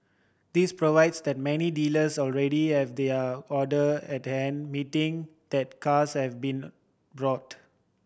this provides that many dealers already have their order at hand meeting that cars have been brought